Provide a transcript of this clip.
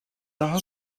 daha